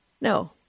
No